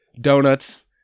donuts